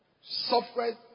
suffered